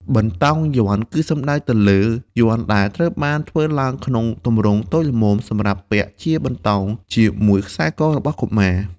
បន្តោងយ័ន្ត គឺសំដៅទៅលើយ័ន្តដែលត្រូវបានធ្វើឡើងក្នុងទម្រង់តូចល្មម សម្រាប់ពាក់ជាបន្តោងជាមួយខ្សែករបស់កុមារ។